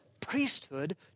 priesthood